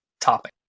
topic